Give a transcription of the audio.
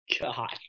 God